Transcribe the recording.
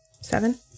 Seven